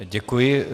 Děkuji.